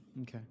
Okay